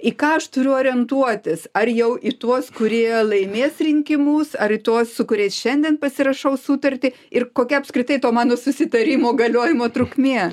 į ką aš turiu orientuotis ar jau į tuos kurie laimės rinkimus ar į tuos su kuriais šiandien pasirašau sutartį ir kokia apskritai to mano susitarimo galiojimo trukmė